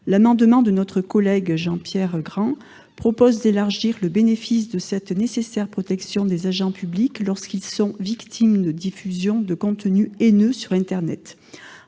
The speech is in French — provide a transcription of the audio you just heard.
amendement, notre collègue Jean-Pierre Grand propose d'élargir le bénéfice de cette nécessaire protection des agents publics lorsqu'ils sont victimes de la diffusion de contenus haineux sur internet.